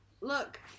Look